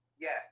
Yes